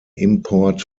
import